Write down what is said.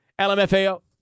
LMFAO